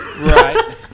Right